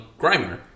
Grimer